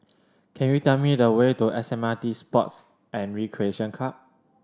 can you tell me the way to S M R T Sports and Recreation Club